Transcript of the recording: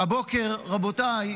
הבוקר, רבותיי,